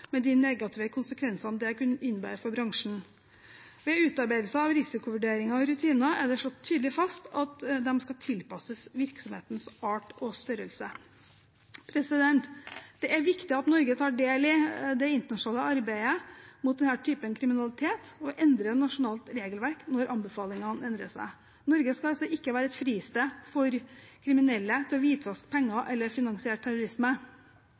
med de negative konsekvensene det kunne innebære for bransjen. Ved utarbeidelse av risikovurderinger og rutiner er det slått tydelig fast at de skal tilpasses virksomhetens art og størrelse. Det er viktig at Norge tar del i det internasjonale arbeidet mot denne typen kriminalitet og endrer nasjonalt regelverk når anbefalingene endrer seg. Norge skal ikke være et fristed for kriminelle til å hvitvaske penger eller finansiere terrorisme.